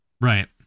right